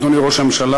אדוני ראש הממשלה,